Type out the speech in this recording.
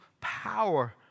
power